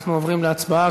אנחנו עוברים להצבעה.